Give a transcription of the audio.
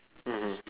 mmhmm